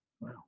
wow